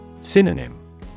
Synonym